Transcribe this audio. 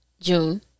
June